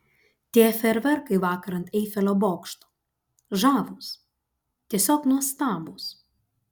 tie fejerverkai vakar ant eifelio bokšto žavūs tiesiog nuostabūs